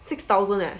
six thousand leh